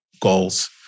goals